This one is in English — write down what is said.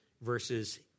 verses